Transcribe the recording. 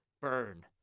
burn